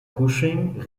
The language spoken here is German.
cushing